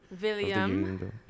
William